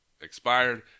expired